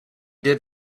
did